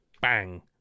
bang